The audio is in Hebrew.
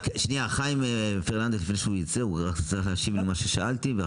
חיים פרננדס לפני שהוא יצא הוא צריך להשיב למה ששאלתי.